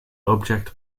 object